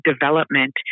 development